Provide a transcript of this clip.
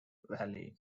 valley